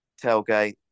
tailgate